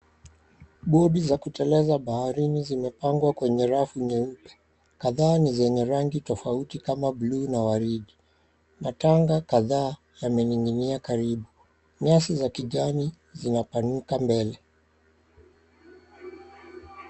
Bodi za kuteleza baharini zimepangwa kwenye rafu nyeupe. Kadhaa ni zenye rangi tofauti kama buluu na waridi. Matanga kadhaa yamening'inia karibu. Nyasi za kijani zinapanuka mbele.